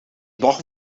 nog